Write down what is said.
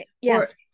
Yes